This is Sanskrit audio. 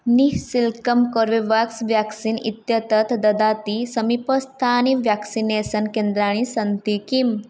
निःशुल्कं कोरोवाक्स् व्याक्सीन् इत्येतत् ददति समीपस्थानि व्याक्सिनेसन् केन्द्राणि सन्ति किम्